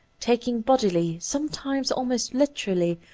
taken bodily, sometimes almost literally,